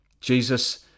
jesus